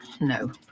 No